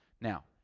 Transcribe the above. Now